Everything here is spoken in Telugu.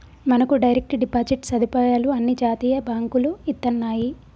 మనకు డైరెక్ట్ డిపాజిట్ సదుపాయాలు అన్ని జాతీయ బాంకులు ఇత్తన్నాయి